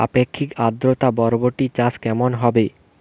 আপেক্ষিক আদ্রতা বরবটি চাষ কেমন হবে?